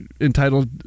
entitled